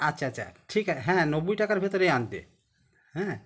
আচ্ছা আচ্ছা ঠিক হ্যায় হ্যাঁ নব্বই টাকার ভিতরে আনবে হ্যাঁ